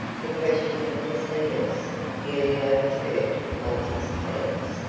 the question of precedence nearly overturned monty's plans,